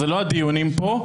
זה לא הדיונים פה,